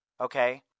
okay